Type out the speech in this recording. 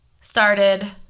started